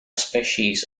species